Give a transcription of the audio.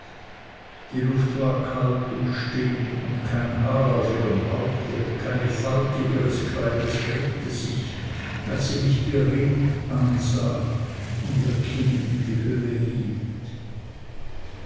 die luft war kalt und still und kein haar auf ihrem haupte keine falte ihres kleides regte sich als sie mich beredt ansah und ihr kind in die höhe hielt